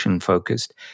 focused